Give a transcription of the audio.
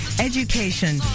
education